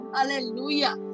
Hallelujah